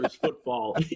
football